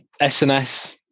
SNS